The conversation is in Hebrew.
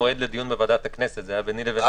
תקנות סמכויות מיוחדות להתמודדות עם נגיף הקורונה החדש